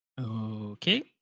okay